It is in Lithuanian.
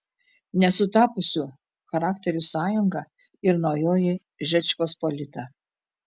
nesutapusių charakterių sąjunga ir naujoji žečpospolita